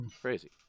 Crazy